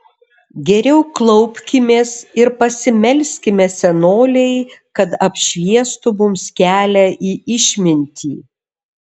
geriau klaupkimės ir pasimelskime senolei kad apšviestų mums kelią į išmintį